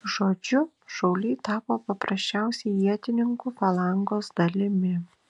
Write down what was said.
žodžiu šauliai tapo paprasčiausia ietininkų falangos dalimi